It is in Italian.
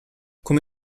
come